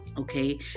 okay